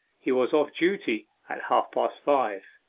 he was off duty at half-past five.